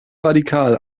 radikal